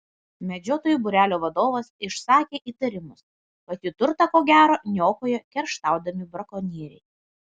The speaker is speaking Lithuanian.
medžiotojų būrelio vadovas išsakė įtarimus kad jų turtą ko gero niokoja kerštaudami brakonieriai